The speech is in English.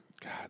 God